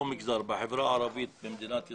לא במגזר אלא בחברה הערבית במדינת ישראל.